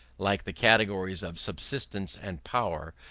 like the categories of substance and power,